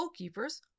Goalkeepers